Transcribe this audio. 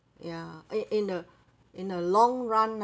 ya in in the in the long run lah